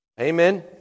Amen